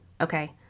okay